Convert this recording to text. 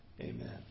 Amen